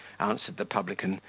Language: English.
answered the publican,